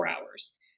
hours